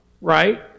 right